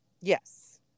Yes